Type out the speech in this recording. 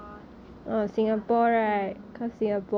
so I'll buy like t-shirts shorts